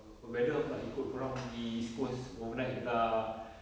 err whether aku nak ikut kau orang pergi east coast overnight ke tak